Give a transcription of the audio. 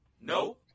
No